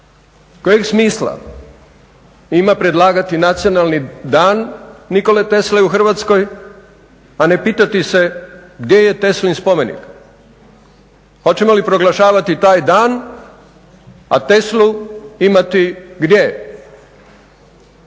kojeg smisla ima predlagati nacionalni dan Nikole Tesle u Hrvatskoj, a ne pitati se gdje je Teslin spomenik. Hoćemo li proglašavati taj dan, a Teslu imati gdje?